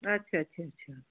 ਅੱਛਾ ਅੱਛਾ ਅੱਛਾ